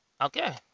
Okay